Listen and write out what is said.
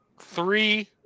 Three